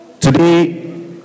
Today